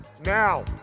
Now